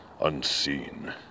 unseen